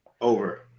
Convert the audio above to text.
Over